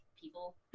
people